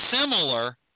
similar